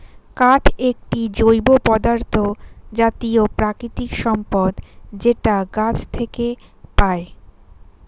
কাঠ একটি জৈব পদার্থ জাতীয় প্রাকৃতিক সম্পদ যেটা গাছ থেকে পায়